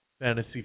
Fantasy